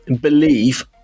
believe